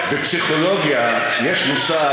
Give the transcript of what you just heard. אני מברכת